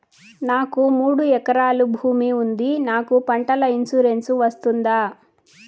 నాకు మూడు ఎకరాలు భూమి ఉంది నాకు పంటల ఇన్సూరెన్సు వస్తుందా?